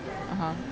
(uh huh)